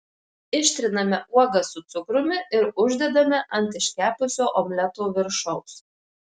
ištriname uogas su cukrumi ir uždedame ant iškepusio omleto viršaus